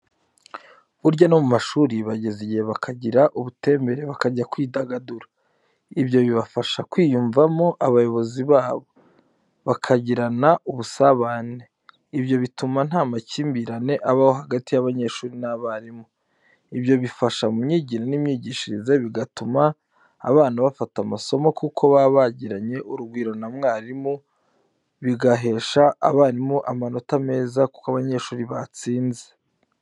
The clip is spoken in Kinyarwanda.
Burya no mu mashuri bageza igihe bakagira ubutembere bakajya kwidagadura, ibyo bibafasha kwiyumvamo abayobozi babo, bakagirana ubusabane, ibyo bituma nta makimbirane abaho hagati y'abanyeshuri n'abarimu, ibyo bifasha mu myigire n'imyigishirize bigatuma abana bafata amasomo kuko baba bagiranye urugwiro na mwarimu, bigahesha abarimu amanota meza kuko abanyeshuri batsinze.